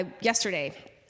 yesterday